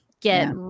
get